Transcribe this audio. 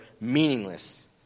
meaningless